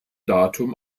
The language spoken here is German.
datum